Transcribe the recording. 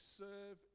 serve